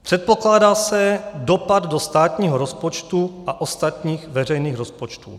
Předpokládá se dopad do státního rozpočtu a ostatních veřejných rozpočtů.